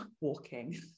walking